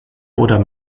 oder